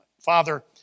Father